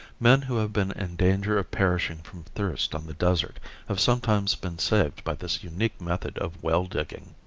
men who have been in danger of perishing from thirst on the desert have sometimes been saved by this unique method of well digging.